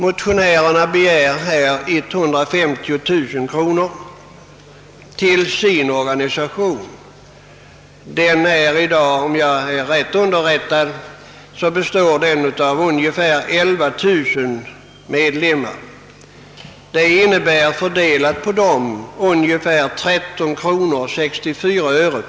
Motionärerna begär 150 000 kronor till sin organisation. Den har i dag, om jag är riktigt underrättad, cirka 11 000 medlemmar — per medlem skulle det alltså bli 13 kronor 64 öre.